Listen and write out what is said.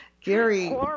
Gary